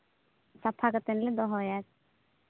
ᱥᱟᱯᱷᱟ ᱠᱟᱛᱮᱫ ᱞᱮ ᱫᱚᱦᱚᱭᱟ